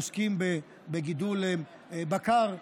עוסקים בגידול בקר,